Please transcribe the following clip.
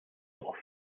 off